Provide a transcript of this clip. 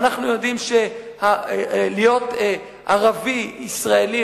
ואנחנו יודעים שלהיות ערבי ישראלי,